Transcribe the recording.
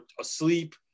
asleep